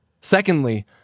Secondly